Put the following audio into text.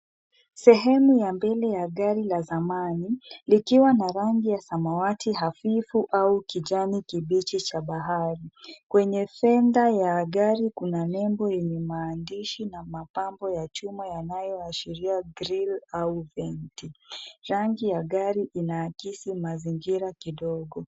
Sehemu ya mbele ya gari la zamani, likiwa na rangi ya samawati hafifu au kijani kibichi cha bahari. Kwenye centre ya gari kuna nembo yanye maandishi na mapambo ya chuma yanayoashiria grill au venti . Rangi ya gari inaakisi mazingira kidogo.